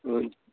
हुन्छ